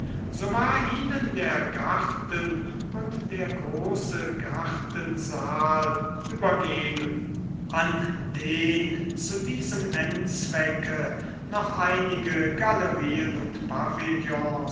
so war ihnen der garten und der große gartensaal übergeben an den zu diesem endzwecke noch einige galerien und